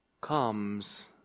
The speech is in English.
comes